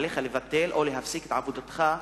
עליך לבטל או להפסיק את עבודתך,